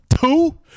two